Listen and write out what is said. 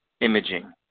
Imaging